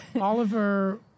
Oliver